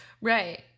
Right